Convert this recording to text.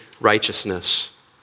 righteousness